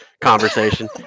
conversation